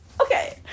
okay